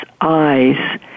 eyes